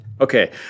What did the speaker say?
okay